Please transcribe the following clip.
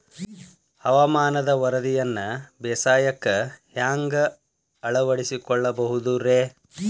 ಹವಾಮಾನದ ವರದಿಯನ್ನ ಬೇಸಾಯಕ್ಕ ಹ್ಯಾಂಗ ಅಳವಡಿಸಿಕೊಳ್ಳಬಹುದು ರೇ?